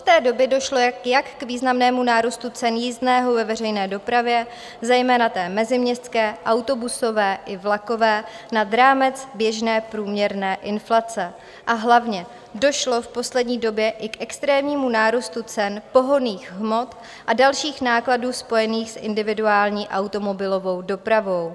Od té doby došlo jak k významnému nárůstu cen jízdného ve veřejné dopravě, zejména té meziměstské autobusové i vlakové, nad rámec běžné průměrné inflace a hlavně došlo v poslední době i k extrémnímu nárůstu cen pohonných hmot a dalších nákladů spojených s individuální automobilovou dopravou.